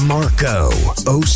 Marco